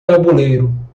tabuleiro